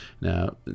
now